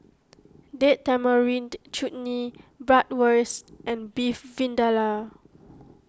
Date Tamarind Chutney Bratwurst and Beef Vindaloo